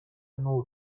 نور